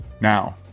Now